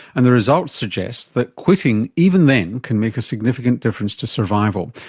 and the results suggest that quitting even then can make a significant difference to survival.